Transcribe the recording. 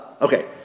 okay